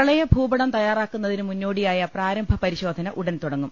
പ്രളയ ഭൂപടം തയ്യാറാക്കുന്നതിന് മുന്നോടിയായ പ്രാരംഭ പരിശോധന ഉടൻ തുടങ്ങും